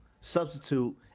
substitute